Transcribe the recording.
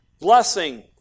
blessing